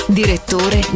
direttore